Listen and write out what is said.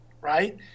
right